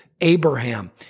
Abraham